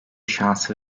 şansı